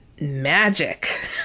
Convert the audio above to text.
magic